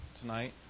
tonight